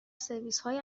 سرویسهای